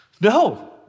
No